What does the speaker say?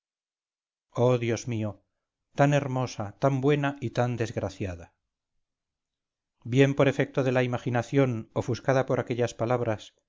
oh dios mío tan hermosa tan buena y tan desgraciada bien por efecto de la imaginación ofuscada por aquellas palabras